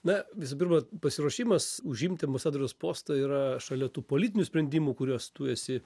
na visų pirma pasiruošimas užimti ambasadoriaus postą yra šalia tų politinių sprendimų kuriuos tu esi